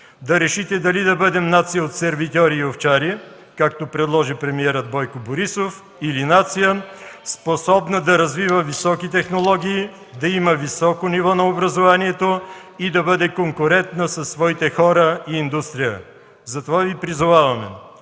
Да решите дали да бъдем нация от сервитьори и овчари, както предложи премиерът Бойко Борисов, или нация, способна да развива високи технологии, да има високо ниво на образованието и да бъде конкурентна със своите хора и индустрия. Затова Ви призоваваме